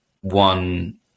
one